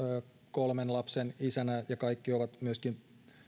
kolmen lapsen isänä voin sanoa ja kaikki ovat myöskin